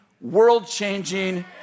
world-changing